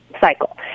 Cycle